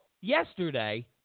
yesterday